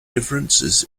differences